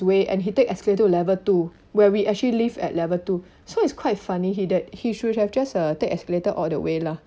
way and he take escalator to level two where we actually live at level two so it's quite funny he that he should have just uh take escalator all the way lah